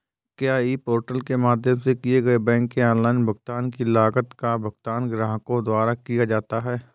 क्या e portal के माध्यम से किए गए बैंक के ऑनलाइन भुगतान की लागत का भुगतान ग्राहकों द्वारा किया जाता है?